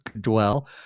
dwell